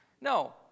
No